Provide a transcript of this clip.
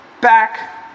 back